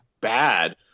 bad